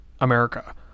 America